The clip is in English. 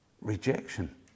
Rejection